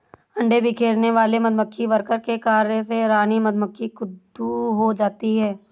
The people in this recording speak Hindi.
अंडे बिखेरने वाले मधुमक्खी वर्कर के कार्य से रानी मधुमक्खी क्रुद्ध हो जाती है